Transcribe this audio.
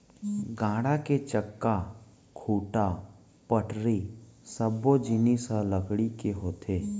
गाड़ा के चक्का, खूंटा, पटरी सब्बो जिनिस ह लकड़ी के होथे